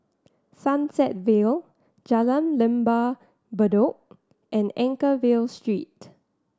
Sunset Vale Jalan Lembah Bedok and Anchorvale Street